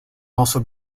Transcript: also